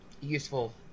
useful